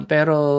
Pero